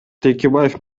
текебаев